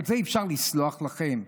על זה אפשר לסלוח לכם?